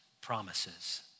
promises